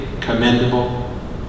commendable